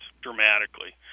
dramatically